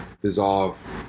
dissolve